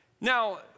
Now